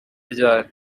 ryari